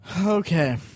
Okay